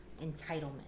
entitlement